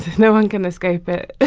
no one can escape it